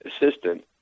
assistant